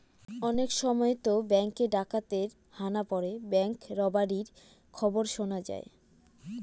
অনেক সময়তো ব্যাঙ্কে ডাকাতের হানা পড়ে ব্যাঙ্ক রবারির খবর শোনা যায়